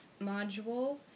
module